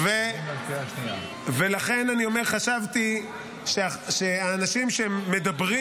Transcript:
לכן אני אומר שחשבתי שאנשים שמדברים